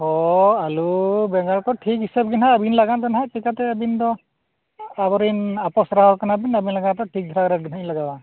ᱦᱮᱸ ᱟᱹᱞᱩ ᱵᱮᱸᱜᱟᱲ ᱠᱚ ᱴᱷᱤᱠ ᱦᱤᱥᱟᱹᱵ ᱜᱮ ᱦᱟᱸᱜ ᱟᱹᱵᱤᱱ ᱞᱟᱜᱟᱫ ᱫᱚ ᱦᱟᱸᱜ ᱪᱤᱠᱟᱹᱛᱮ ᱟᱹᱵᱤᱱ ᱫᱚ ᱟᱵᱚ ᱨᱮᱱ ᱟᱯᱟᱥᱟᱨᱟᱣ ᱠᱟᱱᱟ ᱵᱤᱱ ᱟᱹᱵᱤᱱ ᱞᱟᱹᱜᱤᱫ ᱫᱚ ᱴᱷᱤᱠ ᱫᱷᱟᱨᱟ ᱜᱮ ᱦᱟᱸᱜ ᱤᱧ ᱞᱟᱜᱟᱣᱟ